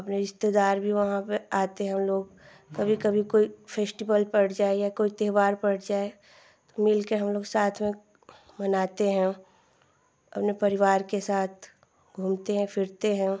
अपने रिश्तेदार भी वहाँ पर आते हैं वह लोग कभी कभी कोई फेस्टिवल पड़ जाए या कोई त्योहार पड़ जाए मिलकर हमलोग साथ में मनाते हैं अपने परिवार के साथ घूमते हैं फिरते हैं